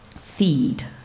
feed